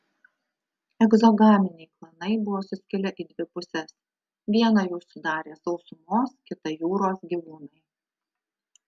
egzogaminiai klanai buvo suskilę į dvi puses vieną jų sudarė sausumos kitą jūros gyvūnai